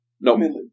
no